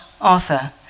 Arthur